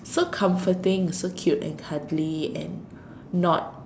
so comforting so cute and cuddly and not